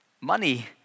Money